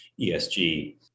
ESG